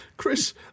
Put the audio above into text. Chris